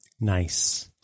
Nice